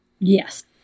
Yes